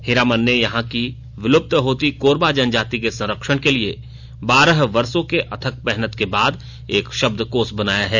हीरामन ने यहां कि विलुप्त होती कोरबा जनजाति के संरक्षण के लिए बारह वर्षो के अथक मेहनत के बाद एक शब्दकोष बनाया है